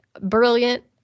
Brilliant